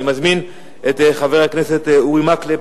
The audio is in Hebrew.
אני מזמין את חבר הכנסת אורי מקלב,